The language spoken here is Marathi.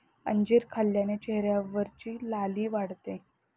अंजीर खाल्ल्याने चेहऱ्यावरची लाली वाढते